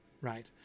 right